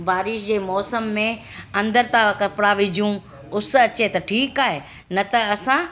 बारिश जे मौसम में अंदर था कपड़ा विझूं उस अचे त ठीकु आहे न त असां